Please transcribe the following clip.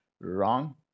wrong